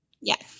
yes